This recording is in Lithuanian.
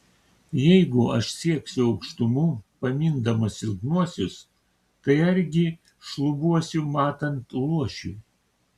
jeigu aš sieksiu aukštumų pamindamas silpnuosius tai argi šlubuosiu matant luošiui